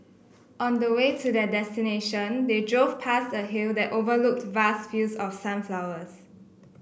on the way to their destination they drove past a hill that overlooked vast fields of sunflowers